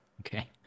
Okay